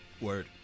Word